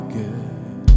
good